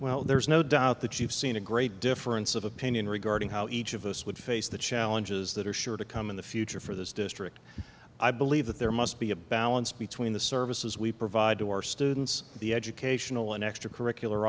well there is no doubt the chiefs seen a great difference of opinion regarding how each of us would face the challenges that are sure to come in the future for this district i believe that there must be a balance between the services we provide to our students the educational and extra curricular